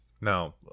now